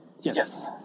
Yes